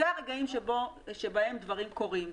אלה הרגעים בהם דברים קורים.